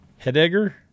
Heidegger